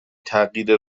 تغییر